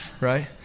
right